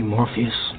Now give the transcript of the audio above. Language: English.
Morpheus